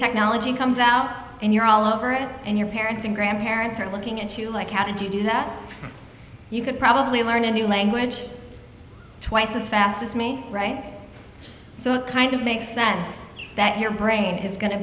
technology comes out and you're all over it and your parents and grandparents are looking at you like how did you do that you could probably learn a new language twice as fast as me right so it kind of makes sense that your brain is going to